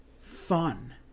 fun